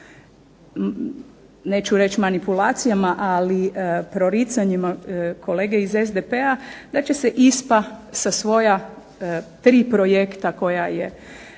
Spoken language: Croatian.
neću reći manipulacijama, ali proricanjima kolega iz SDP-a da će se ISPA sa svoja tri projekta koja je